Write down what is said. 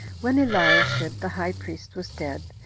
when eliashib the high priest was dead,